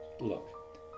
look